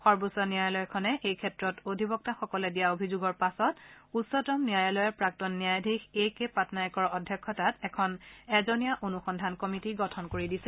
সৰ্বোচ্চ ন্যায়ালয়খনে এইক্ষেত্ৰত অধিবক্তাসকলে দিয়া অভিযোগৰ পাছত উচ্চতম ন্যায়ালয়ৰ প্ৰাক্তন ন্যায়াধীশ এ কে পাটনায়কৰ অধ্যক্ষতাত এখন এজনীয়া অনুসন্ধান কমিটি গঠন কৰি দিছে